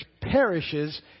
perishes